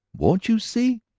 won't you see?